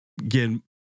again